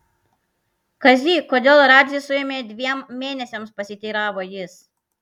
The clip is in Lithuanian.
kazy kodėl radzį suėmė dviem mėnesiams pasiteiravo jis